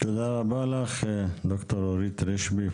תודה רבה לך דוקטור אורית רישפי,